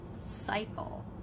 cycle